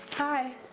Hi